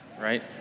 right